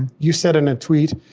you said in a tweet,